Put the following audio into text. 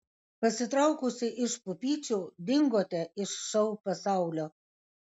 pasitraukusi iš pupyčių dingote iš šou pasaulio